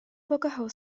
pokochał